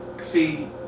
See